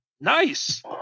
nice